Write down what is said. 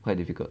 quite difficult